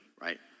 right